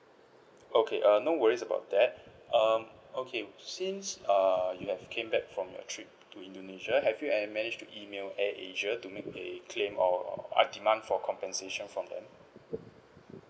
okay err no worries about that um okay since err you have came back from your trip to indonesia have you manage to email airasia to make the claim or a demand for compensation from them